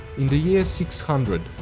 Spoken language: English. in the year six hundred,